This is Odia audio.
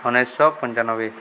ଉଣେଇଶହ ପଞ୍ଚାନବେ